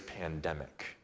pandemic